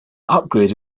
upgrade